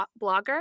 blogger